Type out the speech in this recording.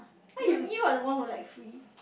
you you are the one who like free